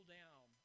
down